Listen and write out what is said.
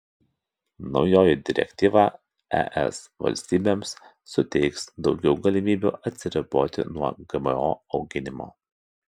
naujoji direktyva es valstybėms suteiks daugiau galimybių atsiriboti nuo gmo auginimo